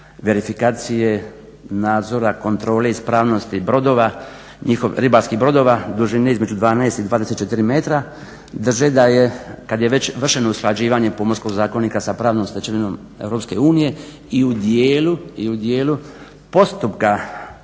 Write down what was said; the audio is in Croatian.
verifikacije nadzora kontrole ispravnosti ribarskih brodova dužine između 12 i 24 metra, drže kada je već vršeno usklađivanje Pomorskog zakonika sa pravnom stečevinom EU i u dijelu postupka